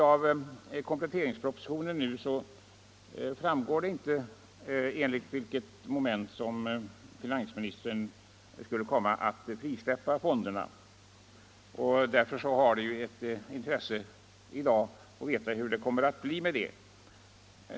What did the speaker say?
Av kompletteringspropositionen framgår inte enligt vilket moment finansministern skulle komma att frisläppa fonderna. Därför är det i dag av intresse att veta hur det kommer att bli med detta.